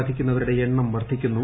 ബാധിക്കുന്നവരുടെ എണ്ണം വർദ്ധിക്കുന്നു